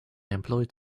employed